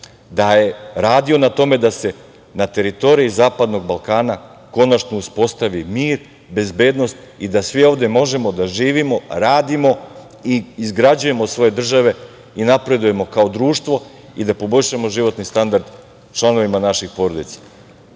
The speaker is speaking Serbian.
da je radio na tome da se na teritoriji zapadnog Balkana konačno uspostavi mir, bezbednost i da svi ovde možemo da živimo, radimo i izgrađujemo svoje države i napredujemo kao društvo, kao i da poboljšamo životni standard članovima naših porodica. Svako